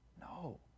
no